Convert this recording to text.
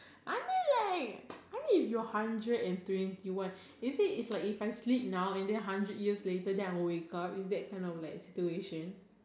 I mean like I mean if you're hundred and twenty one you see is like if I sleep now and then hundred years later then I wake up it's that kind of like situation